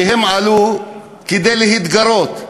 שעלו כדי להתגרות ולהתסיס,